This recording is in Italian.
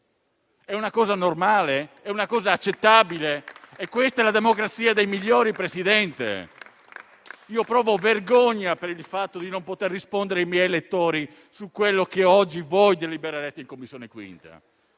È una cosa accettabile? È questa la democrazia dei migliori, Presidente? Provo vergogna per il fatto di non poter rispondere ai miei elettori su quello che oggi voi delibererete in 5a Commissione.